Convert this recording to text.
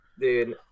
Dude